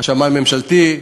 השמאי הממשלתי,